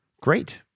great